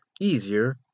easier